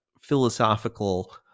philosophical